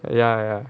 ya ya